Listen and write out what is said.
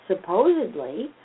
supposedly